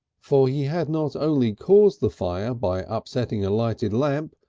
for he had not only caused the fire by upsetting a lighted lamp,